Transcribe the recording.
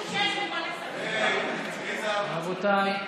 רבותיי.